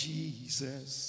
Jesus